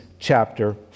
Chapter